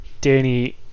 Danny